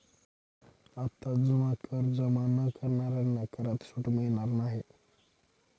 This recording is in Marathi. आता जुना कर जमा न करणाऱ्यांना करात सूट मिळणार नाही